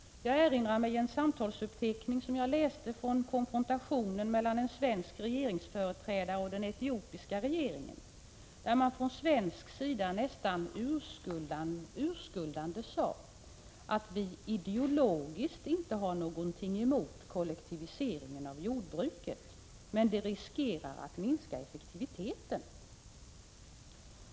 Jag erinrar mig en samtalsuppteckning från en konfrontation mellan en regeringsföreträdare och den etiopiska regeringen, där man från svensk sida nästan urskuldande sade att vi ideologiskt inte har något emot kollektiviseringen av jordbruket, men att den riskerar att minska effektiviteten.